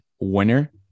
winner